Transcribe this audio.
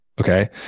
Okay